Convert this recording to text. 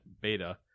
beta